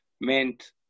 meant